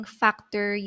factor